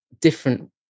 different